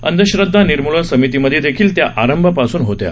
अंधश्रद्धा निर्मूलन समितीमध्ये त्या आरंभापासून होत्या